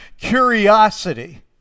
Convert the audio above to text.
curiosity